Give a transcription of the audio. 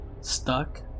stuck